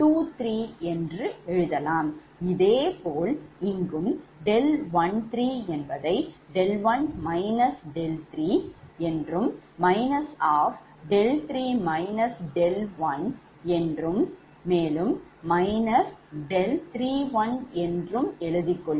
𝛿3 𝛿23 இதே போல் இங்கும் 131 3 31 என எழுதிக் கொள்கிறோம்